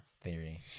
theory